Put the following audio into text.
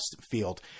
field